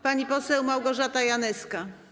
Pani poseł Małgorzata Janyska.